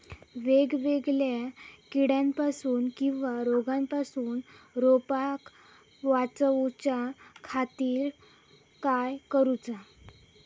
वेगवेगल्या किडीपासून किवा रोगापासून रोपाक वाचउच्या खातीर काय करूचा?